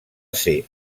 ser